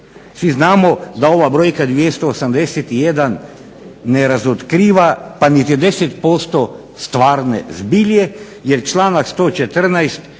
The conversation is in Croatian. Svi znamo da ova brojka 281 ne razotkriva pa niti 10% stvarne zbilje, jer članak